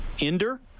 Ender